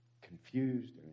confused